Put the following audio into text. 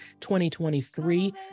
2023